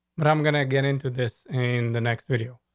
but i'm gonna get into this in the next video.